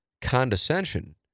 condescension